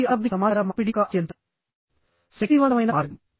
ఇది అశాబ్దిక సమాచార మార్పిడి యొక్క అత్యంత శక్తివంతమైన మార్గం